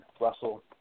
Russell